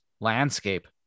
landscape